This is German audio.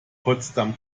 potsdam